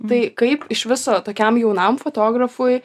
tai kaip iš viso tokiam jaunam fotografui